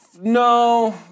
no